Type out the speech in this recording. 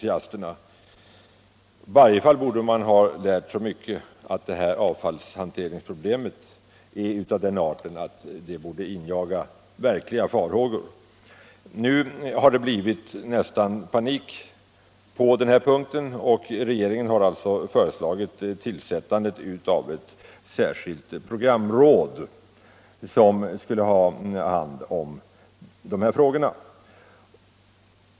I varje fall borde man ha lärt så mycket att avfallshanteringsproblemet är av den arten att det borde injaga verkliga farhågor. Nu har det blivit nästan panik på den här punkten, och regeringen har föreslagit tillsättandet av ett särskilt programråd som skulle ha hand om de här frågorna.